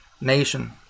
nation